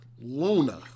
Luna